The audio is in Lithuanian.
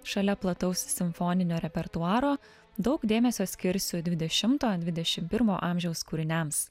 šalia plataus simfoninio repertuaro daug dėmesio skirsiu dvidešimto dvidešim pirmo amžiaus kūriniams